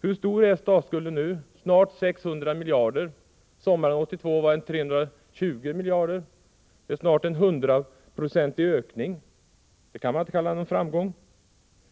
Hur stor är statsskulden nu? Den är snart 600 miljarder. Sommaren 1982 var den 320 miljarder. Det är snart en 100-procentig ökning. Det kan man inte kalla någon framgång.